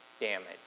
damage